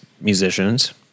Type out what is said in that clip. musicians